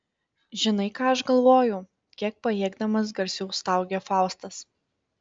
žinai ką aš galvoju kiek pajėgdamas garsiau staugia faustas